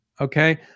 okay